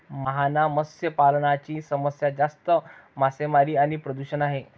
मुहाना मत्स्य पालनाची समस्या जास्त मासेमारी आणि प्रदूषण आहे